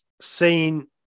seen